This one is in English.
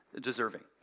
deserving